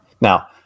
Now